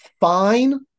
fine